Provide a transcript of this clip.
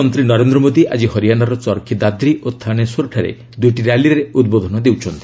ପ୍ରଧାନମନ୍ତ୍ରୀ ନରେନ୍ଦ୍ର ମୋଦି ଆଜି ହରିୟାନାର ଚର୍ଖି ଦାଦ୍ରି ଓ ଥାନେଶ୍ୱରଠାରେ ଦୁଇଟି ର୍ୟାଲିରେ ଉଦ୍ବୋଧନ ଦେଉଛନ୍ତି